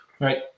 right